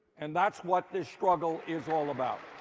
and that's what the struggle is all about.